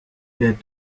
der